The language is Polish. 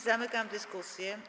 Zamykam dyskusję.